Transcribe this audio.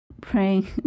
praying